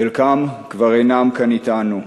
חלקם כבר אינם כאן אתנו.